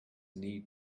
need